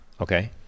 Okay